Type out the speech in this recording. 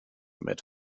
meet